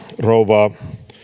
rouva